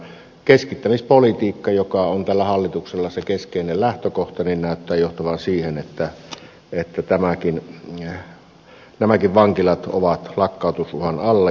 keskittämispolitiikka joka on tällä hallituksella se keskeinen lähtökohta näyttää johtavan siihen että nämäkin vankilat ovat lakkautusuhan alla